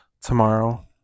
Tomorrow